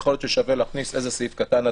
יכול להיות ששווה להכניס איזה שהוא סעיף קטן,